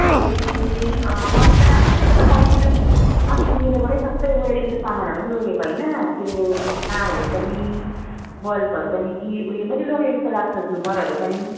ए अँ मैले त राम्रै दिएको त बैनीले अस्ति मेरोबाटै सबै वेरिङको सामानहरू पनि लगेको होइन त्यो तारहरू पनि बल्बहरू पनि कि उयो पनि लगेको जस्तो लाग्छ झुमरहरू पनि